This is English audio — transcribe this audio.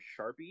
Sharpie